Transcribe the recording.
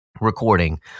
recording